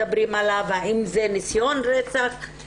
האם זה גם ניסיון רצח.